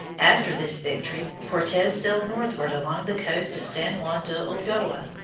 after this victory cortes sailed northward along the coast of san juan de ulloa.